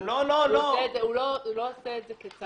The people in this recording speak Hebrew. הוא לא עושה את זה כצרכן.